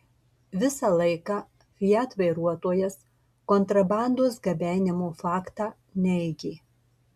visą tą laiką fiat vairuotojas kontrabandos gabenimo faktą neigė